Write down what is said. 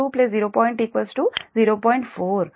4qకాబట్టి 0